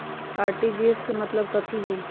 RTGS के मतलब कथी होइ?